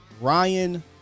Ryan